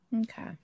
Okay